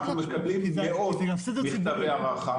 אנחנו מקבלים מאות מכתבי הערכה.